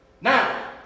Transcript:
Now